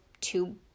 two